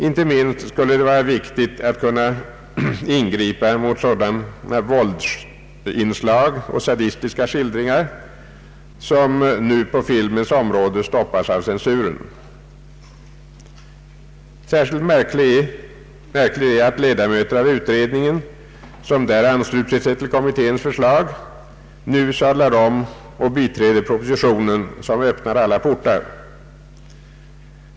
Inte minst skulle det vara viktigt att kunna ingripa mot sådana våldsinslag och sadistiska skildringar som nu på filmens område stoppas av censuren. Särskilt märkligt är att ledamöter i utredningen, som där anslutit sig till kommitténs förslag, nu sadlar om och biträder propositionen, som öppnar alla portar.